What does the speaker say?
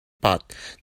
pot